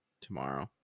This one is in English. tomorrow